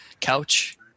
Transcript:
couch